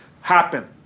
happen